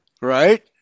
Right